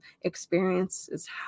Experiences